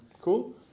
Cool